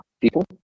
people